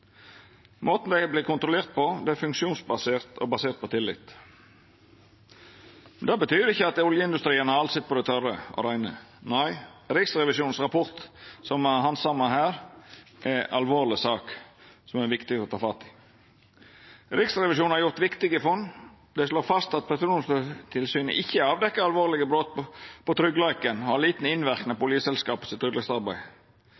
Måten dei er vortne kontrollerte på, er funksjonsbasert og basert på tillit. Men det betyr ikkje at oljeindustrien har alt sitt på det reine. Nei, Riksrevisjonens rapport som me handsamar her, er ei alvorleg sak som er viktig å ta fatt i. Riksrevisjonen har gjort viktige funn. Dei slår fast at Petroleumstilsynet ikkje avdekkjer alvorlege brot på tryggleiken og har liten innverknad